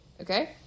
okay